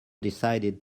decided